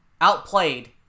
out-played